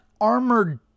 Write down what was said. armored